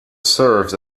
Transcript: served